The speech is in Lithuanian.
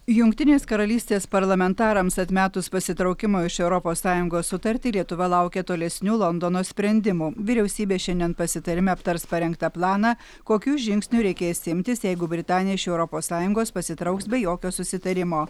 jungtinės karalystės parlamentarams atmetus pasitraukimo iš europos sąjungos sutartį lietuva laukia tolesnių londono sprendimų vyriausybė šiandien pasitarime aptars parengtą planą kokių žingsnių reikės imtis jeigu britanija iš europos sąjungos pasitrauks be jokio susitarimo